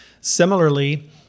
Similarly